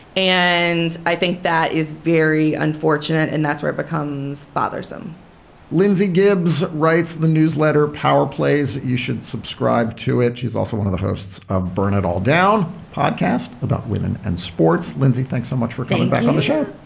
and i think that is very unfortunate and that's where it becomes bothersome lindsey gibbs writes the newsletter power plays. you should subscribe to it she's also one of the hosts of burn it all down podcast about women and sports. lindsay, thanks so much for coming back on the show